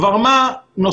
דבר מה נוסף,